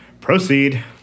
Proceed